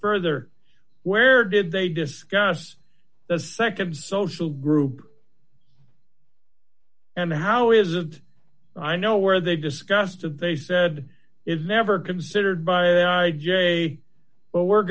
further where did they discuss the nd social group and how is it i know where they discussed it they said is never considered by j but we're